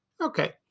Okay